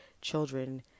children